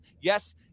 Yes